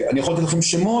אני יכול לתת לכם שמות,